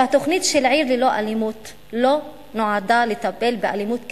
שהתוכנית של "עיר ללא אלימות" לא נועדה לטפל באלימות קשה.